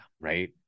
right